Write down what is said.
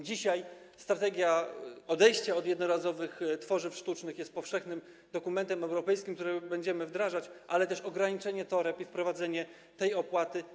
Dzisiaj strategia odejście od jednorazowych tworzyw sztucznych jest powszechnym dokumentem europejskim, który będziemy wdrażać, ale też ograniczenie ilości toreb i wprowadzenie tej opłaty.